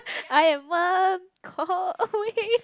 I am one call away